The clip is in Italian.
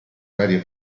varie